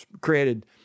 created